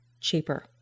cheaper